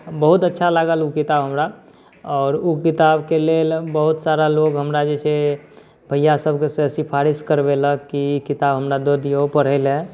बहुत अच्छा लागल ओ किताब हमरा आओर ओहि किताबके लेल बहुत सारा लोक हमरा जे छै भइआसबसँ सिफारिश करबेलक कि ई किताब हमरा दऽ दिअऽ पढ़ैलए